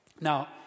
now